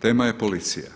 Tema je policija,